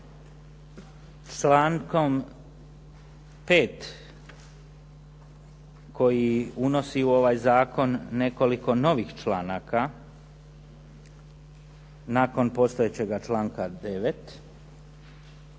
člankom 5. koji unosi u ovaj zakon nekoliko novih članaka nakon postojećega članka 9.,